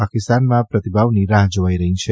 પાકિસ્તાનમાં પ્રતિભાગ્વની રાહ જાવાઇ રહી છે